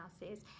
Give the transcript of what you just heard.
houses